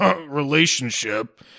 relationship